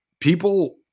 people